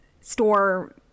store